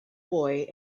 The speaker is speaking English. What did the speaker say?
boy